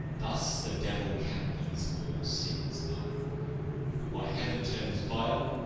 thus the devil candies all sins o'er and what heaven terms vile,